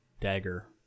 dagger